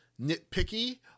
nitpicky